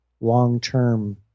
long-term